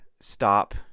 stop